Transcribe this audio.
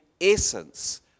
essence